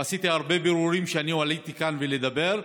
ועשיתי הרבה בירורים עד שעליתי כאן לדבר,